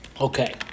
Okay